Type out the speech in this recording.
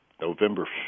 November